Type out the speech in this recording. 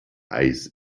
eis